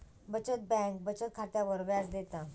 बचत बँक बचत खात्यावर व्याज देता